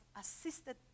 assisted